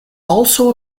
also